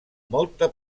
molta